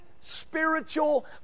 spiritual